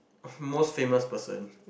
most famous person